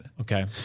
Okay